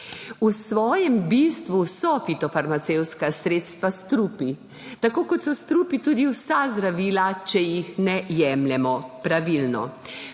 V svojem bistvu so fitofarmacevtska sredstva strupi, tako kot so strupi tudi vsa zdravila, če jih ne jemljemo pravilno.